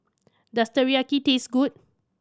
does Teriyaki taste good